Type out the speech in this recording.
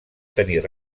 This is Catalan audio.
tenir